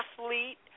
athlete